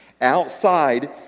outside